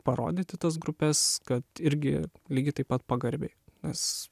parodyti tas grupes kad irgi lygiai taip pat pagarbiai nes